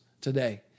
today